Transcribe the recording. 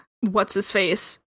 What's-His-Face